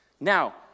Now